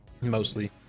mostly